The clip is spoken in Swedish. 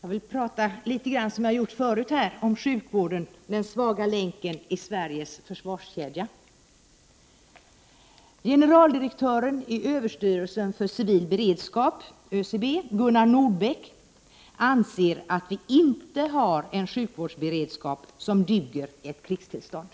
Fru talman! Jag vill liksom jag gjort tidigare tala litet om sjukvården, den svaga länken i Sveriges försvarskedja. Generaldirektören i överstyrelsen för civil beredskap, ÖCB, Gunnar Nordbeck anser att vi inte har en sjukvårdsberedskap som duger i ett krigstillstånd.